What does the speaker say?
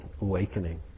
awakening